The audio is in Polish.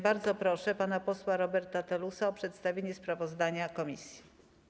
Bardzo proszę pana posła Roberta Telusa o przedstawienie sprawozdania komisji.